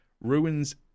ruins